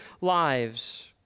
lives